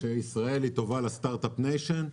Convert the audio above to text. שישראל טובה לסטרט-אפ ניישן,